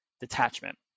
detachment